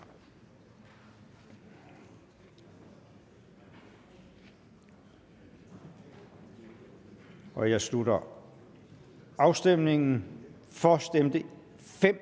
nu. Jeg slutter afstemningen. For stemte